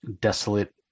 desolate